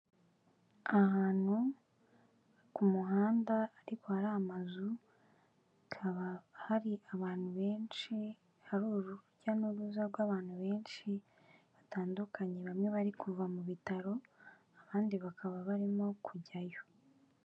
Ahantu ku muhanda ariko hari amazu hakaba hari abantu benshi, hari urujya n'uruza rw'abantu benshi batandukanye, bamwe bari kuva mu bitaro abandi bakaba barimo kujyayo.